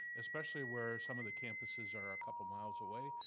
especially where some of the campuses are a couple miles away.